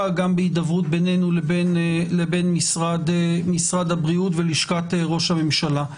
וגם בהידברות בינינו לבין משרד הבריאות ולשכת ראש הממשלה.